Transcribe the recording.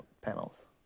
panels